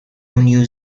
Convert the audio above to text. new